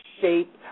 shape –